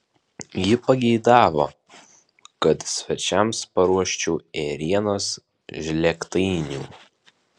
ji pageidavo kad svečiams paruoščiau ėrienos žlėgtainių